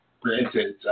granted